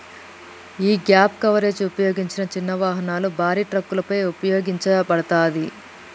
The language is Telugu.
యీ గ్యేప్ కవరేజ్ ఉపయోగించిన చిన్న వాహనాలు, భారీ ట్రక్కులపై ఉపయోగించబడతాది